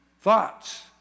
thoughts